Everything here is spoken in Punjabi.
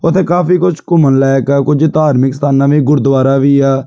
ਉੱਥੇ ਕਾਫੀ ਕੁਛ ਘੁੰਮਣ ਲਾਇਕ ਆ ਕੁਝ ਧਾਰਮਿਕ ਸਥਾਨ ਨਵੇਂ ਗੁਰਦੁਆਰਾ ਵੀ ਆ